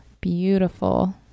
beautiful